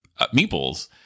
meeples